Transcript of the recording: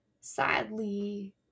sadly